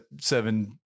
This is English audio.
seven